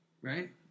Right